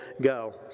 go